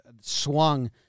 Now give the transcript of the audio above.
swung